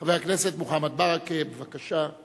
חבר הכנסת מוחמד ברכה, בבקשה.